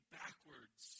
backwards